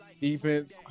Defense